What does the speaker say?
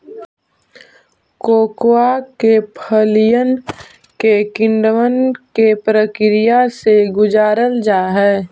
cocoa के फलियन के किण्वन के प्रक्रिया से गुजारल जा हई